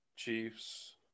Chiefs